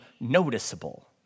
noticeable